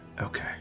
Okay